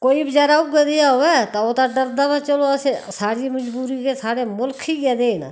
कोई हचैरा उऐ देहा होऐ ते ओह् तां डरदा व चलो असें साढ़ी मज़बूरी ऐ साढ़ै मुल्ख इयै देह न